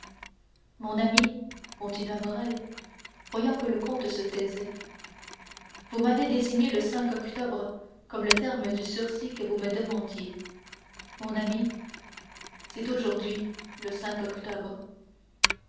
mon ami continua morrel voyant que le comte se taisait vous m'avez désigné le octobre comme le terme du sursis que vous me demandiez mon ami c'est aujourd'hui le octobre